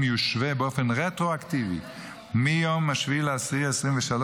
יושווה באופן רטרואקטיבי מיום 7 באוקטובר 2023,